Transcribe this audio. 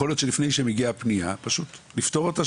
יכול להיות שלפני שמגיעה הפנייה פשוט לפתור אותה